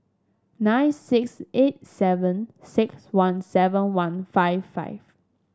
nine six eight seven six one seven one five five